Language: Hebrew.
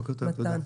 בוקר טוב, תודה.